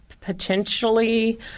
potentially